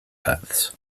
paths